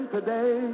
Today